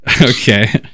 Okay